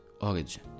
origin